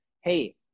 hey